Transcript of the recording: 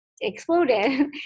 exploded